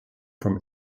from